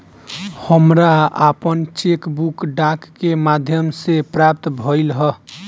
हमरा आपन cheque book डाक के माध्यम से प्राप्त भइल ह